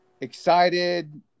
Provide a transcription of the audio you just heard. excited